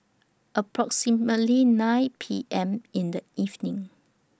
approximately nine P M in The evening